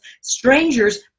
strangers